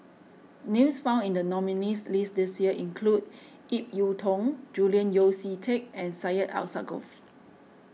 names found in the nominees' list this year include Ip Yiu Tung Julian Yeo See Teck and Syed Alsagoff